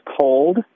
cold